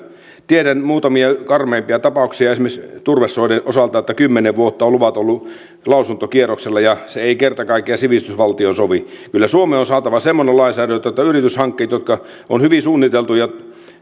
tiedän muutamia karmeimpia tapauksia esimerkiksi turvesoiden osalta että kymmenen vuotta ovat luvat olleet lausuntokierroksella ja se ei kerta kaikkiaan sivistysvaltioon sovi kyllä suomeen on saatava semmoinen lainsäädäntö että yrityshankkeille jotka on hyvin suunniteltu ja joissa